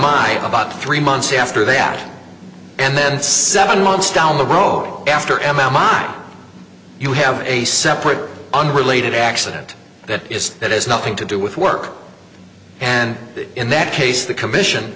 mine about three months after that and then seven months down the road after m m r you have a separate unrelated accident that is that has nothing to do with work and in that case the commission